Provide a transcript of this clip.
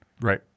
Right